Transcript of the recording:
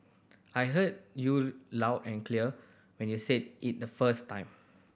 I heard you loud and clear when you said it the first time